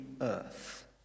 earth